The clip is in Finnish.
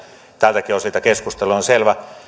tältäkin osin tämä keskustelu on selvä